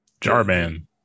Jarman